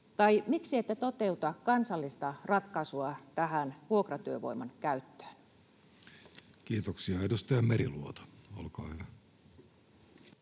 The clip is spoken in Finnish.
tai miksi ette toteuta kansallista ratkaisua tähän vuokratyövoiman käyttöön? Kiitoksia. — Edustaja Meriluoto, olkaa hyvä.